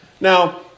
Now